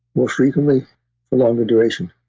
more frequently, for longer duration,